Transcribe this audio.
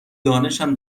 دانشم